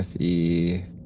Fe